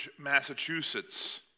Massachusetts